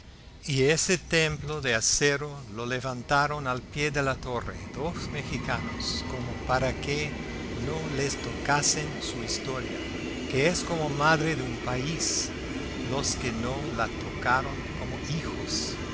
y ese templo de acero lo levantaron al pie de la torre dos mexicanos como para que no les tocasen su historia que es como madre de un país los que no la tocaran como hijos